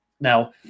Now